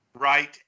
right